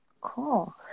cool